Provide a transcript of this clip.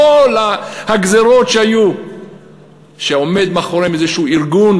כל הגזירות שהיו שעומד מאחוריהן איזשהו ארגון